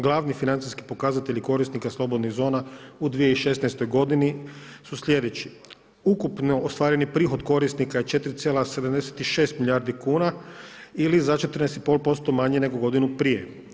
Glavni financijski pokazatelji korisnika slobodnih zona u 2016. godini su sljedeći, ukupno ostvareni prihod korisnika je 4,76 milijardi kuna ili za 14,5% manji nego godinu prije.